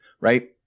right